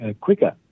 quicker